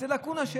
זה לקונה.